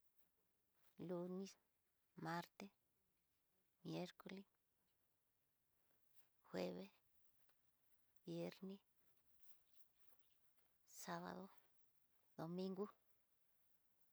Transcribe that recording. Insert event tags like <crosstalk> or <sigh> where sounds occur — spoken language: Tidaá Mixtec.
Lunes, martes, miercoles, jueves, viernes, <noise> sabado, domingo.